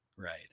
right